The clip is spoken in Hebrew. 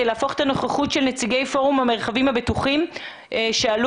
להפוך את הנוכחות של נציגי פורום המרחבים הבטוחים במסיבות